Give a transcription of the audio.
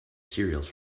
cereals